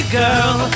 girl